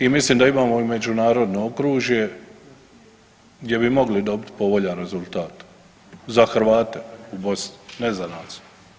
I mislim da imamo međunarodno okružje gdje bi mogli dobiti povoljni rezultat za Hrvate u Bosni, ne za nas.